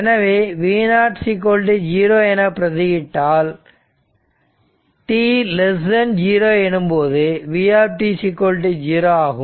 எனவே v0 0 என பிரதி இட்டால் t0 எனும்போது v 0 ஆகும்